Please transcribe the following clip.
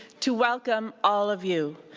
to welcome all of you,